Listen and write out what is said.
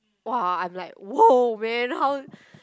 !wah! I'm like !wow! man how